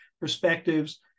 perspectives